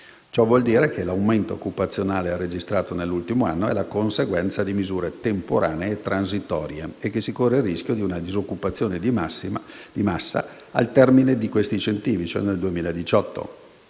Ciò vuole dire che l'aumento occupazionale registrato nell'ultimo anno era conseguenza di misure temporanee e transitorie e che si corre il rischio di una disoccupazione di massa al termine di questi incentivi, nel 2018,